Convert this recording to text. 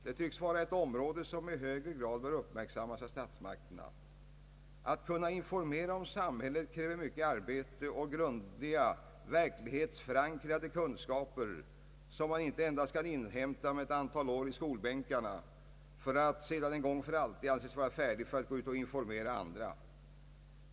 Det tycks vara ett område som i högre grad än hittills bör uppmärksammas av statsmakterna. Att kunna informera om samhället kräver mycket arbete och grundliga verklighetsförankrade kunskaper som man inte kan inhämta med ett antal år i skolbänkarna för att sedan en gång för alla anses vara färdig att gå ut för att informera andra.